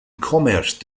commerce